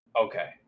okay